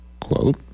Quote